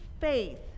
faith